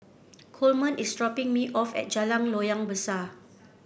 Coleman is dropping me off at Jalan Loyang Besar